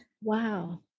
wow